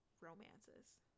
romances